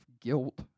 guilt